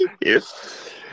Yes